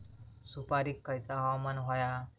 सुपरिक खयचा हवामान होया?